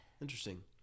Interesting